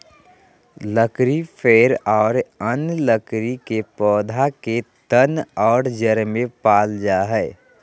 लकड़ी पेड़ और अन्य लकड़ी के पौधा के तन और जड़ में पाल जा हइ